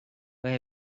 where